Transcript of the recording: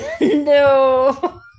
no